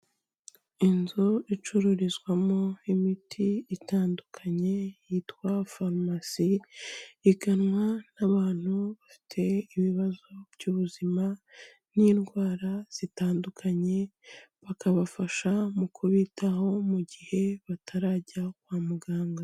Inzu icururizwamo imiti itandukanye yitwa farumasi, iganwa n'abantu bafite ibibazo by'ubuzima n'indwara zitandukanye, bakabafasha mu kubitaho mu gihe batarajya kwa muganga.